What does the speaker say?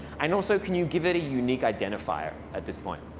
and also, could you give it a unique identifier at this point.